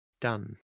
done